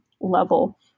level